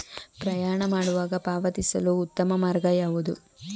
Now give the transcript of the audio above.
ಪ್ರಯಾಣ ಮಾಡುವಾಗ ಪಾವತಿಸಲು ಉತ್ತಮ ಮಾರ್ಗ ಯಾವುದು?